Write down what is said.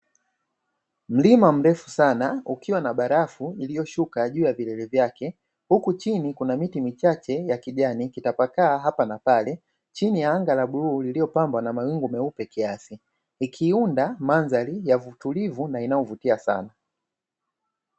Mlima mrefu sana ukiwa na barafu iliyoshuka juu ya vilele vyake huku chini kuna miti michache ya kijani ikitapakaa hapa na pale. Chini ya anga la buluu liliopambwa na mawingu meupe kiasi ikiunda mandhari ya utulivu na inayovutia sana.